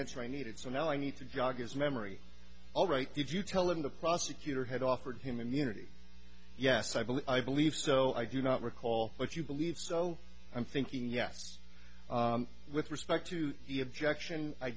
answer i needed so now i need to jog his memory all right did you tell him the prosecutor had offered him immunity yes i believe i believe so i do not recall what you believe so i'm thinking yes with respect to the object